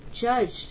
judged